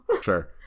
Sure